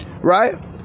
Right